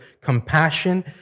compassion